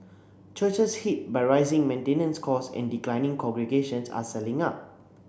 churches hit by rising maintenance cost and declining congregations are selling up